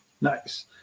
nice